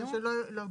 כנראה שלא באו.